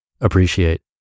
Appreciate